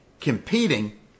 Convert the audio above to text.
competing